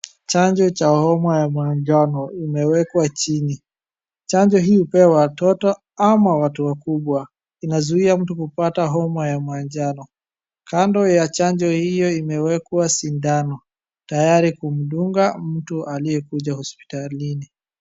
Chanjo cha homa ya manjano imewekwa chini. Chanjo hii hupewa watoto ama watu wakubwa inazuia mtu kupata homa ya manjano. Kando ya chanjo hiyo imewekwa sindano tayari kumdunga mtu aliyekuja hospitalini.